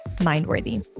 mind-worthy